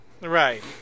Right